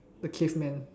the caveman